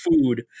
food